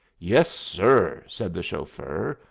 yes, sir, said the chauffeur,